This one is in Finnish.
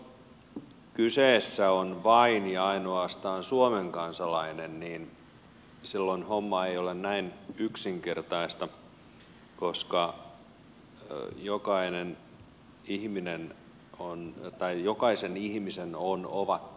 jos kyseessä on vain ja ainoastaan suomen kansalainen niin silloin homma ei ole näin yksinkertaista koska jokaisen ihmisen on omattava jokin kansalaisuus